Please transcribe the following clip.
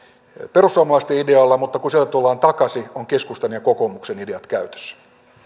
perussuomalaisten idealla mutta kun sieltä tullaan takaisin ovat keskustan ja kokoomuksen ideat käytössä